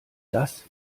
das